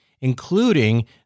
including